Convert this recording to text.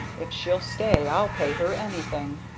if she'll stay i'll pay her anything!